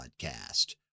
podcast